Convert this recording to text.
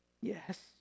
yes